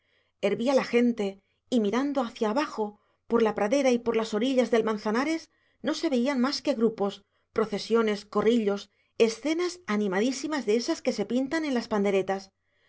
hervía la gente y mirando hacia abajo por la pradera y por todas las orillas del manzanares no se veían más que grupos procesiones corrillos escenas animadísimas de esas que se pintan en las panderetas